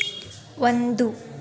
ಒಂದು